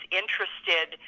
interested